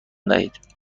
دهید